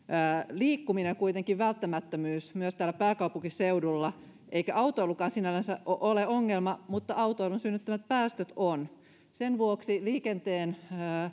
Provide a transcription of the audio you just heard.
liikkuminen on kuitenkin välttämättömyys myös täällä pääkaupunkiseudulla eikä autoilukaan sinällään ole ongelma mutta autoilun synnyttämät päästöt ovat sen vuoksi liikenteen